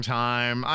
time